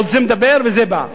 עוד זה מדבר וזה בא.